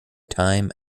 time